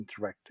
interactive